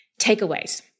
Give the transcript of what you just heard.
takeaways